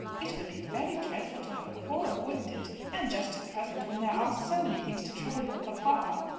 it would be very dreadful to have a quarrel, wouldn't it and just at present, when there are so many things to trouble your papa.